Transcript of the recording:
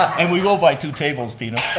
and we will buy two tables, dino.